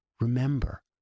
Remember